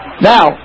Now